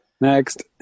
Next